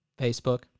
Facebook